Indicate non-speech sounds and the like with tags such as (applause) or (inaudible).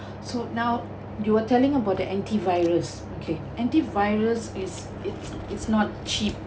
(breath) so now you are telling about the anti virus okay anti virus is it's it's not cheap